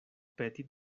peti